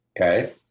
Okay